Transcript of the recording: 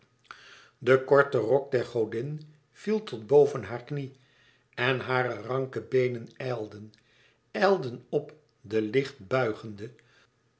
de korte rok der godin viel tot boven haar knie en hare ranke beenen ijlden ijlden op de licht buigende